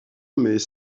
mais